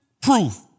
proof